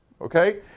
Okay